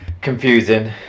confusing